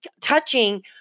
touching